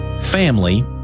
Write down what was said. family